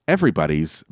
everybody's